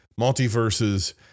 multiverses